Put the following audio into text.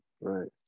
Right